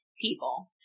people